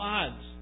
odds